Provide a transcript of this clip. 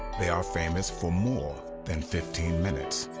they are famous for more than fifteen minutes.